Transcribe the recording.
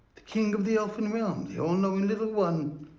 the king of the elfin realm. the all-knowing little one.